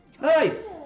Nice